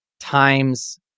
times